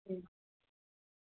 ꯎꯝ